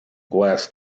glass